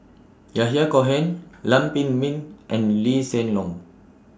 Yahya Cohen Lam Pin Min and Lee Hsien Loong